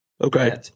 Okay